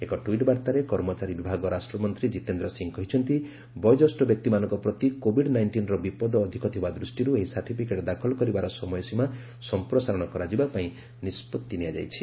ଏକ ଟ୍ୱିଟ୍ ବାର୍ତ୍ତାରେ କର୍ମଚାରୀ ବିଭାଗ ରାଷ୍ଟ୍ରମନ୍ତ୍ରୀ ଜିତେନ୍ଦ୍ର ସିଂ କହିଛନ୍ତି ବୟୋକ୍ୟେଷ୍ଠ ବ୍ୟକ୍ତିମାନଙ୍କ ପ୍ରତି କୋବିଡ ନାଇଷ୍ଟିନ୍ର ବିପଦ ଅଧିକ ଥିବା ଦୃଷ୍ଟିରୁ ଏହି ସାର୍ଟିଫିକେଟ୍ ଦାଖଲ କରିବାର ସମୟସୀମା ସଂପ୍ରସାରଣ କରାଯିବା ପାଇଁ ନିଷ୍ପତ୍ତି ନିଆଯାଇଛି